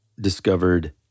discovered